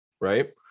right